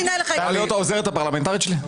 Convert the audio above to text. אני אנהל לך --- רוצה להיות העוזרת הפרלמנטרית שלי?